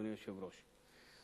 אדוני היושב-ראש,